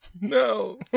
No